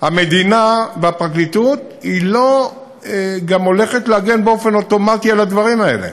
המדינה והפרקליטות לא הולכת להגן באופן אוטומטי על הדברים האלה.